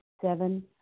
Seven